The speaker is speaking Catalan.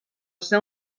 ser